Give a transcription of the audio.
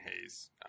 Hayes